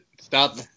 Stop